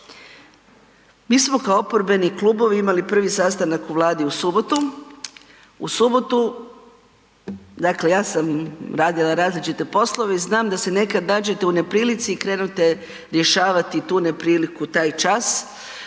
Mi smo kao oporbeni klubovi imali prvi sastanak u Vladi u subotu. U subotu, dakle ja sam radila različite poslove i znam da se nekad nađete u neprilici i krenete rješavati tu nepriliku taj čas.